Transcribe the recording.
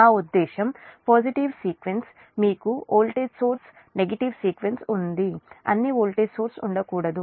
నా ఉద్దేశ్యం positive sequence మీకు వోల్టేజ్ సోర్స్ నెగటివ్ సీక్వెన్స్ ఉంది అన్ని వోల్టేజ్ సోర్స్ ఉండకూడదు